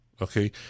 okay